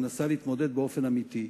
שמנסה להתמודד באופן אמיתי.